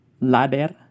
ladder